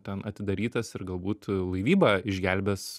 ten atidarytas ir galbūt laivyba išgelbės